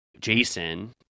jason